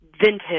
vintage